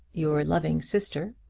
your loving sister,